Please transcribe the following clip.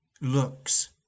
looks